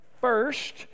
first